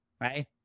right